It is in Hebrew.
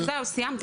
זהו, סיימתי.